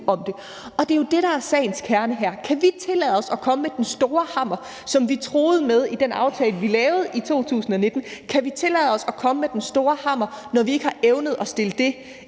om det. Det er jo det, der er sagens kerne her. Kan vi tillade os at komme med den store hammer, som vi truede med i den aftale, vi lavede i 2019? Kan vi tillade os at komme med den store hammer, når vi ikke har evnet at stille det